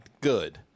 good